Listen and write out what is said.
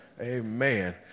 Amen